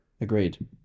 agreed